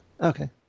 Okay